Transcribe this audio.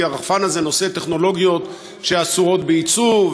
כי הרחפן הזה נושא טכנולוגיות שאסורות בייצוא,